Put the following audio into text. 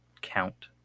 count